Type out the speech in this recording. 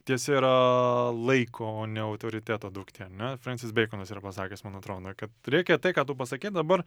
tiesia yra laiko o ne autoriteto duktė ar ne frencis beikonas yra pasakęs man atrodo kad reikia tai ką tu pasakei dabar